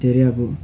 धेरै अब